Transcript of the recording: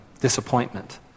disappointment